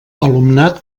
alumnat